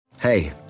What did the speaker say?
Hey